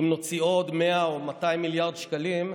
אם נוציא עוד 100 או 200 מיליארד שקלים,